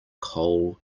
coal